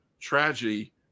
tragedy